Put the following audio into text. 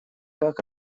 как